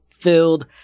filled